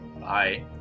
bye